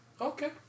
okay